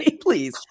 please